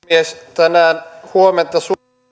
tänään huomenta suomessa